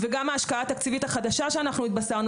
וגם ההשקעה התקציבית החדשה שאנחנו התבשרנו